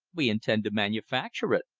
we intend to manufacture it.